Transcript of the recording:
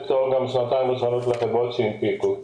לתת פטור בשנתיים הראשונות לחברות שהנפיקו.